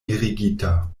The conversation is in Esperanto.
mirigita